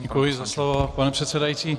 Děkuji za slovo, pane předsedající.